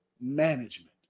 management